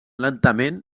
lentament